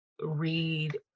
read